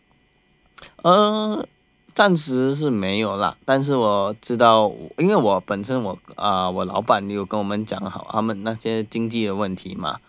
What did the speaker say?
uh 暂时是没有啦但是我知道因为我本身我老板有跟我们讲好他们那些经济问题吗